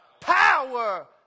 Power